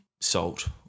salt